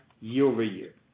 year-over-year